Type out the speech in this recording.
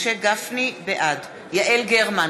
בעד יעל גרמן,